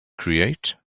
create